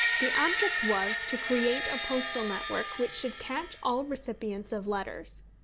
the object was to create a postal network which should catch all recipients of letters.